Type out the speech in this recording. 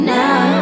now